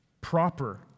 proper